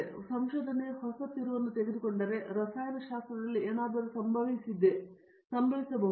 ಆದ್ದರಿಂದ ಸಂಶೋಧನೆಯು ಹೊಸ ತಿರುವನ್ನು ತೆಗೆದುಕೊಂಡರೆ ರಸಾಯನಶಾಸ್ತ್ರದಲ್ಲಿ ಏನಾದರು ಸಂಭವಿಸಿದೆ ಎಂಬುದು